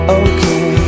okay